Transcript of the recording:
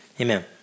Amen